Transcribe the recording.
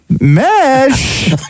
Mesh